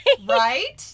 Right